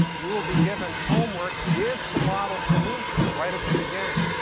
you will be given homework with the model solutions right at the beginning.